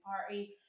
party